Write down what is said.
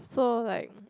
so like